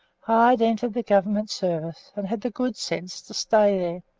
hyde entered the government service, and had the good sense to stay